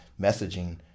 messaging